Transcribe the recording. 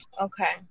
Okay